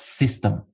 system